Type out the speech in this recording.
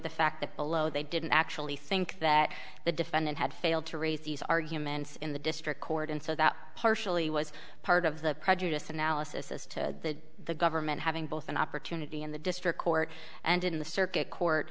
the fact that below they didn't actually think that the defendant had failed to raise these arguments in the district court and so that partially was part of the prejudice analysis as to the government having both an opportunity in the district court and in the circuit court